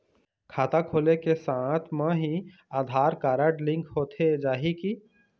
खाता खोले के साथ म ही आधार कारड लिंक होथे जाही की?